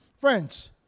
Friends